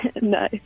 No